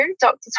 Dr